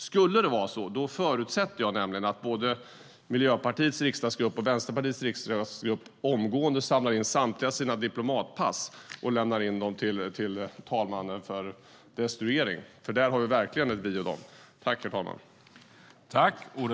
Skulle det vara så förutsätter jag nämligen att både Miljöpartiets riksdagsgrupp och Vänsterpartiets riksdagsgrupp omgående samlar in samtliga sina diplomatpass och lämnar in dem till talmannen för destruering, för där har vi verkligen ett vi och de.